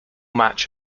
match